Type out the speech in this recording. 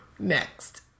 Next